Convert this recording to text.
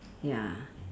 ya